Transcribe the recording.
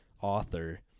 author